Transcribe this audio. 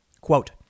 Quote